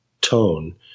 tone